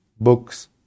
books